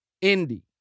Indy